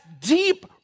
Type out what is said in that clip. deep